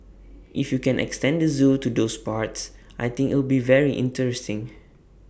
if you can extend the Zoo to those parts I think it'll be very interesting